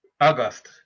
August